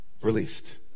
released